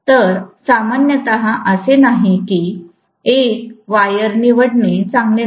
तर सामान्यत असे नाही की एक वायर निवडणे चांगले नाही